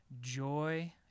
joy